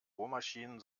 bohrmaschinen